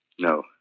No